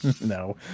No